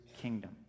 kingdom